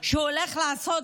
שהולך לעשות